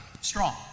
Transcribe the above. strong